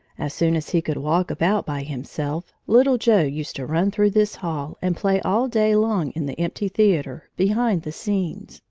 as soon as he could walk about by himself, little joe used to run through this hall and play all day long in the empty theater, behind the scenes.